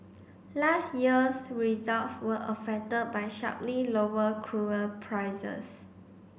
last year's results were affected by sharply lower cruel prices